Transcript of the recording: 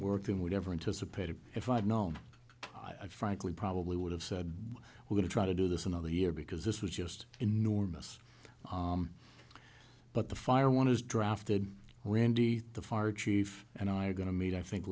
work than we've ever anticipated if i had known i frankly probably would have said we're going to try to do this another year because this was just enormous but the fire one has drafted randy the fire chief and i are going to meet i think